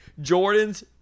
Jordan's